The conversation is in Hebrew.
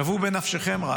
שוו בנפשכם רק